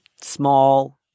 small